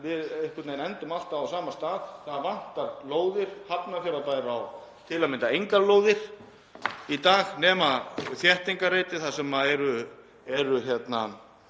veginn alltaf á sama stað: Það vantar lóðir. Hafnarfjarðarbær á til að mynda engan lóðir í dag nema þéttingarreiti þar sem er